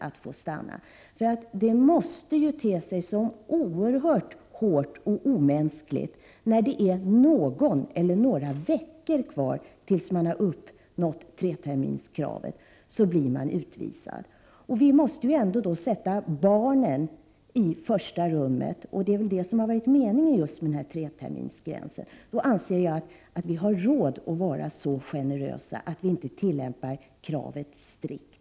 Det måste te sig oerhört hårt och omänskligt, när det är någon eller några veckor kvar tills man har uppnått treterminskravet, att bli utvisad. Vi måste ändå sätta barnen i första rummet, och det är väl just det som har varit meningen med treterminsgränsen. Då anser jag att vi borde ha råd att vara så generösa att vi inte tillämpar kravet strikt.